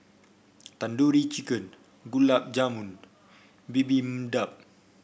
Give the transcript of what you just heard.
Tandoori Chicken Gulab Jamun Bibimbap